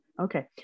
Okay